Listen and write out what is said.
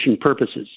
purposes